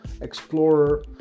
Explorer